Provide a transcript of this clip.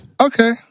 Okay